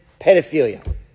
pedophilia